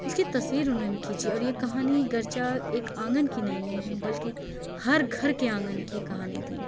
اُس کی تصویر اُنہوں نے کھینچی ہے اور یہ کہانی گرچہ ایک آنگن کی نہیں ہے بلکہ ہر گھر کے آنگن کی کہانی تھی